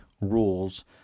rules